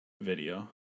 video